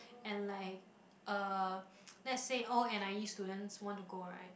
and like uh let's say all n_i_e students want to go right